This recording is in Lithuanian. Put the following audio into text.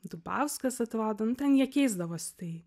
dubauskas atrodo nu ten jie keisdavosi tai